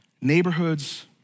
neighborhoods